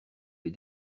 les